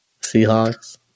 Seahawks